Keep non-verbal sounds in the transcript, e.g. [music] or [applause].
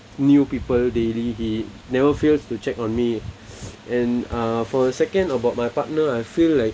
new people daily he never fails to check on me [noise] and uh for a second about my partner I feel like